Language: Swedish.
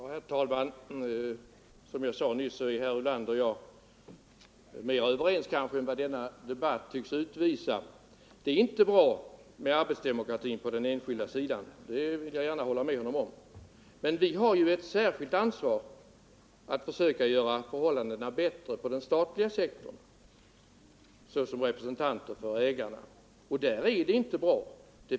Herr talman! Som jag nyss sade är herr Ulander och jag mera överens än vad som kanske framgår av denna debatt. Det är inte bra med arbetsdemokratin på den enskilda sidan, det vill jag gärna hålla med honom om. Men som representanter för ägarna har vi ju ett särskilt ansvar att försöka göra förhållandena bättre inom den statliga sektorn, och där är det inte bra.